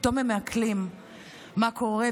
פתאום הם מעכלים מה קורה,